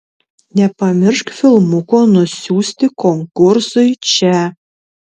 nepamiršk filmuko nusiųsti konkursui čia